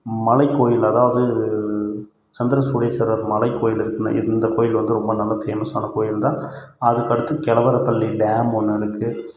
மலைக்கோயில் அதாவது சந்திர சுரேஸ்வரர் மலைக்கோயில் இருக்குது இந்த கோயில் வந்து ரொம்ப நல்ல ஃபேமஸான கோயில்தான் அதுக்கு அடுத்து கெலவரப்பள்ளி டேம் ஒன்று இருக்குது